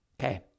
Okay